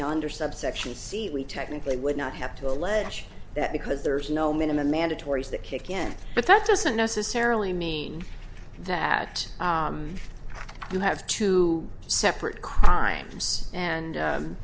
away under subsection c we technically would not have to allege that because there is no minimum mandatory that kick in but that doesn't necessarily mean that you have two separate crimes and